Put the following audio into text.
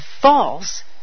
false